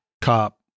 COP